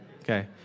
okay